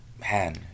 man